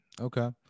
Okay